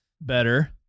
Better